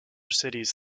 cities